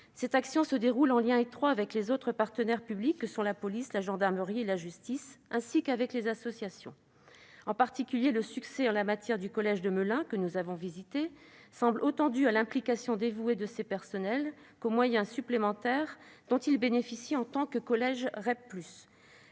Cette action est menée en lien étroit avec les autres partenaires publics que sont la police, la gendarmerie et la justice, ainsi qu'avec les associations. Le succès en la matière du collège de Melun, en particulier, semble autant dû à l'implication dévouée de ses personnels qu'aux moyens supplémentaires dont il bénéficie en tant que collège